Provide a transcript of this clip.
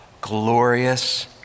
glorious